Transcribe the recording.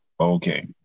Okay